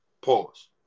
Pause